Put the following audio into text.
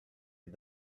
les